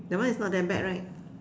that one is not that bad right